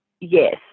yes